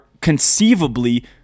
conceivably